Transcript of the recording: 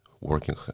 working